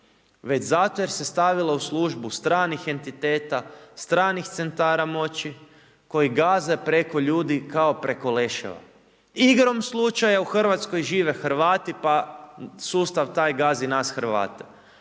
već zato jer se stavila u službu stranih entiteta, stranih centara moći koji gaze preko ljudi kao preko leševa. Igrom slučaja u Hrvatskoj žive Hrvati pa sustav taj gazi nas Hrvate.